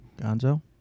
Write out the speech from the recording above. Gonzo